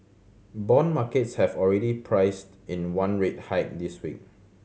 bond markets have already priced in one rate hike this week